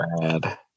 bad